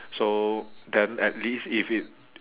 so then at least if it